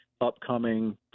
upcoming